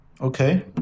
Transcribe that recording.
Okay